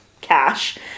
cash